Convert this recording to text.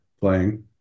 playing